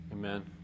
Amen